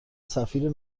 سفیر